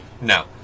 No